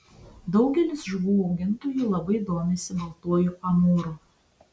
daugelis žuvų augintojų labai domisi baltuoju amūru